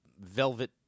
Velvet